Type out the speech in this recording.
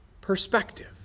perspective